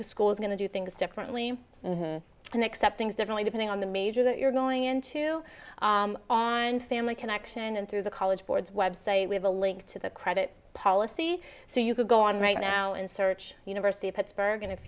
school is going to do things differently and accept things differently depending on the major that you're going into and family connection and through the college board's website we have a link to the credit policy so you could go on right now and search university of pittsburgh and if